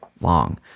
long